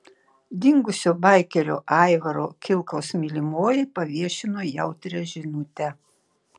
dingusio baikerio aivaro kilkaus mylimoji paviešino jautrią žinutę